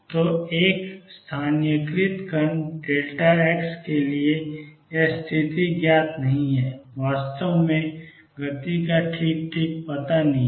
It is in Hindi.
तो एक स्थानीयकृत कण डेल्टा x के लिए यह स्थिति ज्ञात नहीं है वास्तव में गति का ठीक ठीक पता नहीं है